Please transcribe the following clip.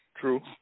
True